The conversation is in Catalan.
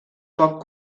poc